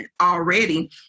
already